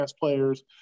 players